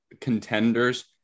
contenders